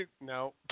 no